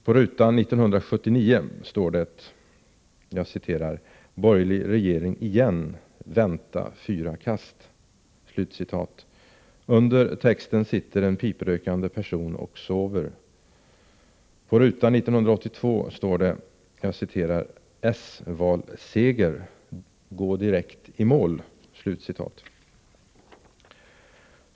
På ruta 1979 står det: ”Borgerlig regering igen! — vänta fyra kast.” Under texten sitter en piprökande person och sover. På rutan 1982 står det: ”-valseger! Gå direkt i mål!